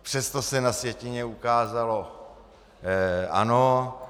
Přesto se na sjetině ukázalo ano.